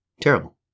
terrible